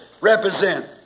represent